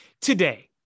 today